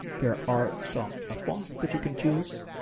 there are some ah fonts that you can choose.